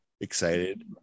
Excited